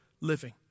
living